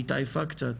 שהיא התעייפה קצת.